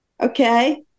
Okay